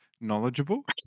knowledgeable